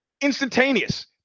Instantaneous